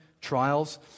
trials